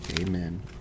Amen